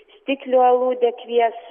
stiklių aludė kvies